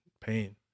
pain